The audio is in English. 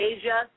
Asia